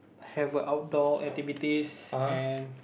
have a outdoor activities and